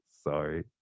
Sorry